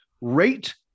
rate